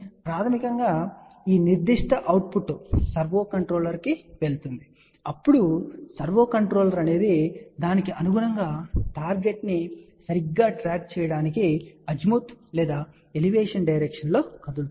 ప్రాథమికంగా ఈ నిర్దిష్ట అవుట్పుట్ సర్వో కంట్రోలర్కు వెళుతుంది అప్పుడు సర్వో కంట్రోలర్ తదనుగుణంగా టార్గెట్ ని సరిగ్గా ట్రాక్ చేయడానికి అజిముత్ లేదా ఎలివేషన్ డైరెక్షన్ లో కదులుతుంది